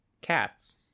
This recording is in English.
cats